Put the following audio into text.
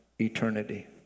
eternity